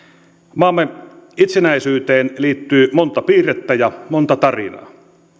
maamme itsenäisyyteen liittyy monta piirrettä ja monta tarinaa